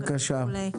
בבקשה.